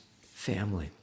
family